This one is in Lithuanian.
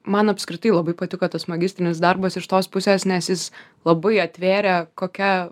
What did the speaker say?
man apskritai labai patiko tas magistrinis darbas iš tos pusės nes jis labai atvėrė kokia